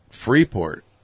Freeport